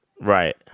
Right